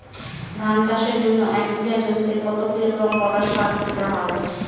ধান চাষের জন্য এক বিঘা জমিতে কতো কিলোগ্রাম পটাশ সার দিতে হয়?